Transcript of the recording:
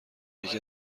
یکی